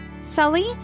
Sully